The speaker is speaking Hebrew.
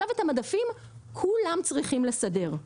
את המדפים כולם צריכים לסדר,